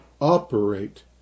operate